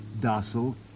docile